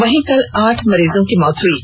वहीं कल आठ मरीजों की मौत हुई है